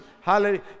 Hallelujah